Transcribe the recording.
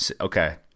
okay